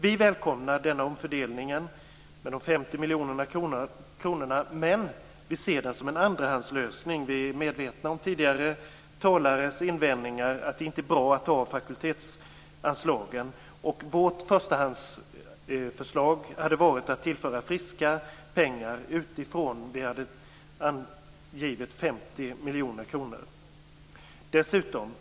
Vi välkomnar denna omfördelning av de 50 miljoner kronorna, men vi ser den som en andrahandslösning. Vi är medvetna om tidigare talares invändningar att det inte är bra att ta av fakultetsanslagen. Vårt förstahandsförslag var att tillföra 50 miljoner kronor i friska pengar utifrån.